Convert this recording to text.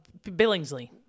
Billingsley